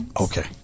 Okay